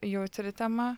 jautri tema